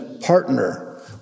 partner